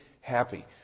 happy